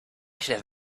should